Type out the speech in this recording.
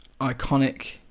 iconic